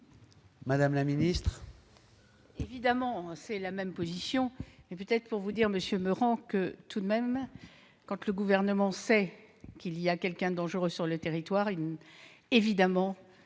Madame la ministre,